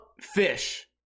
fish